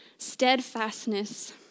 steadfastness